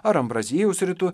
ar ambraziejaus ritu